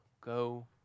Go